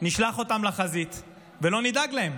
נשלח אותם לחזית ולא נדאג להם.